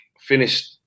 finished